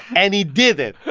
and he did it.